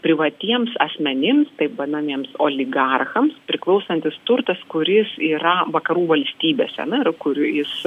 privatiems asmenims taip vadinamiems oligarchams priklausantis turtas kuris yra vakarų valstybėse na ir kur jis